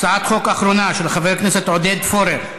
הצעת חוק אחרונה, של חבר הכנסת עודד פורר: